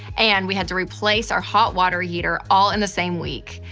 and we had to replace our hot water heater all in the same week.